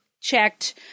checked